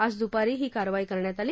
आज द्रपारी ही कारवाई करण्यात आली